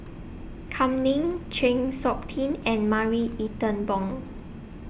Kam Ning Chng Seok Tin and Marie Ethel Bong